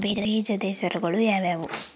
ಬೇಜದ ಹೆಸರುಗಳು ಯಾವ್ಯಾವು?